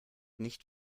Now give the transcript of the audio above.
nicht